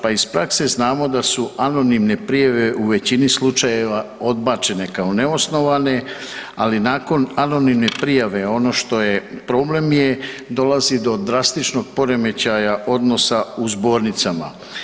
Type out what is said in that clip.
Pa iz prakse znamo da su anonimne prijave u većini slučajeva odbačene kao neosnovane, ali nakon anonimne prijave, ono što je problem je, dolazi do drastičnog poremećaja odnosa u zbornicama.